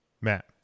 Matt